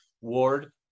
Ward